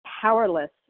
powerless